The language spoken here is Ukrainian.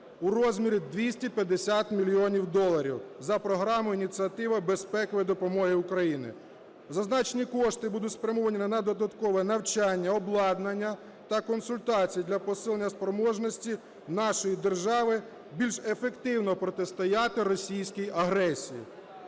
у розмірі 250 мільйонів доларів за програмою "Ініціатива безпекової допомоги Україні". Зазначені кошти будуть спрямовані на додаткове навчання, обладнання та консультації для посилення спроможності нашої держави більш ефективно протистояти російській агресії.